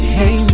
hey